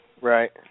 right